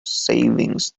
savings